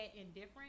indifferent